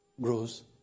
Grows